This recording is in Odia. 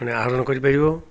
ମାନେ ଆହରଣ କରି ପାରିବ